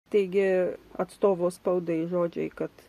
taigi atstovo spaudai žodžiai kad